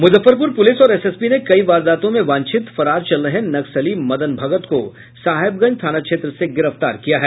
Muzaffarpur police और SSB ने कई वारदातों में वांछित फरार चल रहे नक्सली मदन भगत को साहेबगंज थाना क्षेत्र से गिरफ्तार किया है